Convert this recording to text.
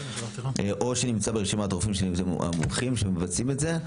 או שנמצא ברשימת הרופאים המומחים שמבצעים את זה,